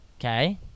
Okay